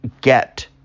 get